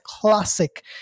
classic